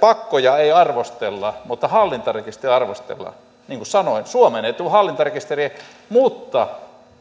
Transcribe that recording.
pakkoja ei arvostella mutta hallintarekisteriä arvostellaan niin kuin sanoin suomeen ei tule hallintarekisteriä mutta